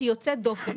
שהיא יוצאת דופן.